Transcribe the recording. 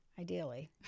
Ideally